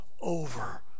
over